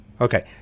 Okay